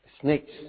snakes